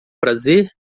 prazer